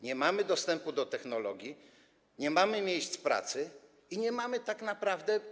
Nie mamy dostępu do technologii, nie mamy miejsc pracy i nie mamy tak naprawdę.